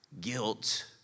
guilt